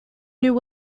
new